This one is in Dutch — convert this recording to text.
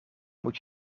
moet